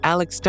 Alex